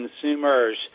consumers